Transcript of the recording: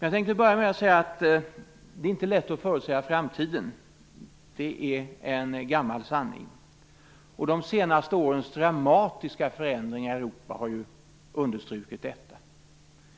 Jag tänkte börja med att säga att det inte är lätt att förutsäga framtiden. Det är en gammal sanning. De senaste årens dramatiska förändringar i Europa har ju understrukit detta.